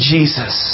Jesus